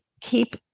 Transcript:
keep